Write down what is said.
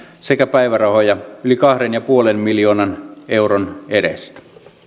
sekä päivärahoja yli kahden pilkku viiden miljoonan euron edestä